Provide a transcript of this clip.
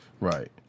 right